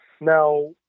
Now